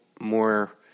more